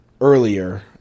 earlier